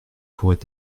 pourrait